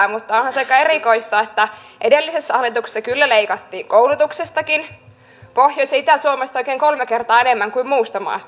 onhan se aika erikoista että edellisessä hallituksessa kyllä leikattiin koulutuksestakin pohjois ja itä suomesta oikein kolme kertaa enemmän kuin muusta maasta